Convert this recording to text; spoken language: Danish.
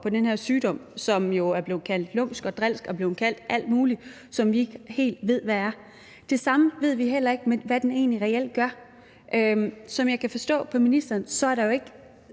på den her sygdom, som er blevet kaldt lumsk og drilsk og blevet kaldt alt muligt, og som vi ikke helt ved hvad er. Vi ved heller ikke, hvad den egentlig reelt gør. Som jeg kan forstå på ministeren, er der jo ikke